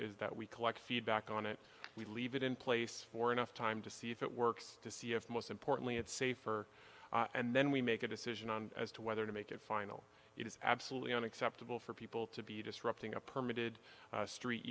is that we collect feedback on it we leave it in place for enough time to see if it works to see if most importantly it's safer and then we make a decision on as to whether to make it final it is absolutely unacceptable for people to be disrupting a permitted street